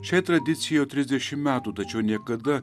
šiai tradicijai jau trisdešim metų tačiau niekada